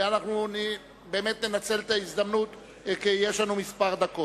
ואנחנו באמת ננצל את ההזדמנות כי יש לנו כמה דקות.